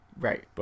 Right